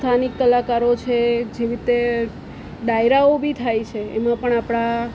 સ્થાનિક કલાકારો છે જેવી રીતે ડાયરાઓ બી થાય છે એમાં પણ આપણા